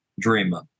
dreamer